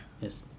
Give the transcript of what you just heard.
Yes